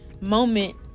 moment